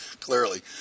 clearly